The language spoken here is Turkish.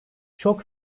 çok